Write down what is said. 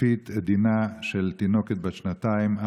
סופית את דינה של תינוקת בת שנתיים,